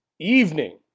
evening